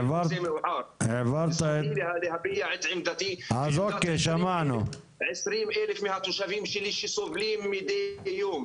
זכותי להביע את עמדתי ועמדת 20,000 מהתושבים שלי שסובלים מידי יום,